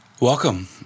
Welcome